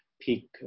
peak